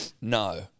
No